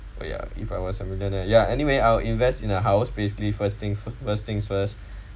ya if I was a millionaire ya anyway I'll invest in a house basically first things first things first